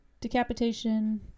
decapitation